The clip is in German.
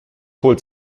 holt